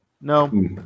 No